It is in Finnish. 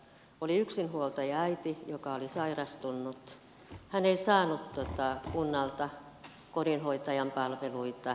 oli yksinhuoltajaäiti joka oli sairastunut hän ei saanut kunnalta kodinhoitajan palveluita